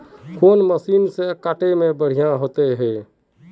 कौन मशीन से कते में बढ़िया होते है?